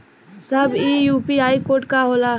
साहब इ UPI code का होला?